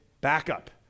backup